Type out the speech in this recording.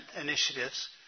initiatives